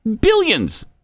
Billions